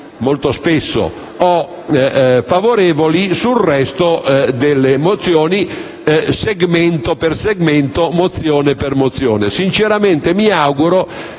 (molto spesso) o favorevoli sul resto delle mozioni, segmento per segmento, mozione per mozione.